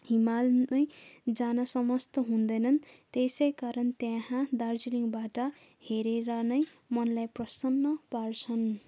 हिमालमै जान समस्त हुँदैनन् त्यसै कारण त्यहाँ दार्जिलिङबाट हेरेर नै मनलाई प्रसन्न पार्छन्